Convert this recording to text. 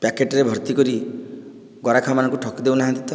ପ୍ୟାକେଟରେ ଭର୍ତ୍ତି କରି ଗରାଖମାନଙ୍କୁ ଠକି ଦେଉନାହାନ୍ତି ତ